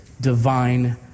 divine